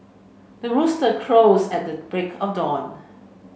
the rooster crows at the break of dawn